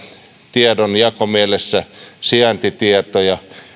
tiedonjakomielessä sijaintitietoja